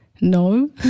No